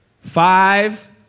five